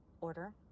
Order